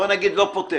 בואו נגיד, לא פותר.